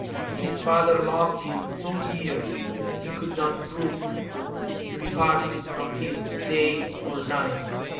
and his father loved him so dear that he could not brook to be parted from him day or night.